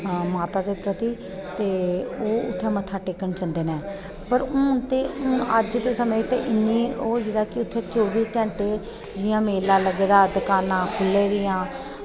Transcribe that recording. माता दे प्रति ते ओह् उत्थें मत्था टेकन जंदे न पर हून हून ते अज्ज दे समें च इन्नी ओह् होई गेदा कि उत्थै चौबी घैंटे जियां मेला लग्गे दा दकानां खु'ल्ली दियां